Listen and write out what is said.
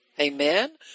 Amen